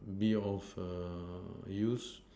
be of err use